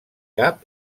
cap